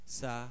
sa